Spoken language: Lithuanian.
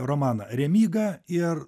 romaną remyga ir